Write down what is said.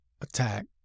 attack